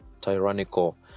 tyrannical